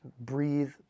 breathe